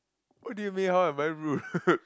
what do you mean how am I rude